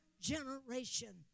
generation